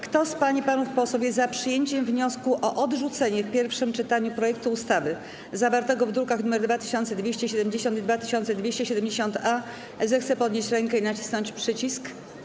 Kto z pań i panów posłów jest za przyjęciem wniosku o odrzucenie w pierwszym czytaniu projektu ustawy zawartego w drukach nr 2270 i 2270-A, zechce podnieść rękę i nacisnąć przycisk.